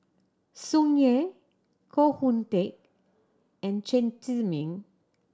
Tsung Yeh Koh Hoon Teck and Chen Zhiming